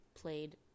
played